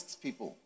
people